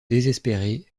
désespéré